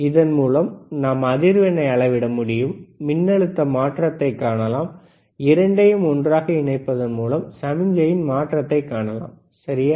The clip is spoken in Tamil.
இதன் மூலம் நாம் அதிர்வெண்ணை அளவிட முடியும் மின்னழுத்த மாற்றத்தைக் காணலாம் இரண்டையும் ஒன்றாக இணைப்பதன் மூலம் சமிக்ஞையின் மாற்றத்தைக் காணலாம் சரியா